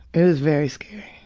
it was very scary.